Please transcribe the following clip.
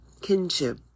kinship